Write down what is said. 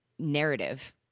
narrative